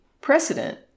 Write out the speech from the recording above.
precedent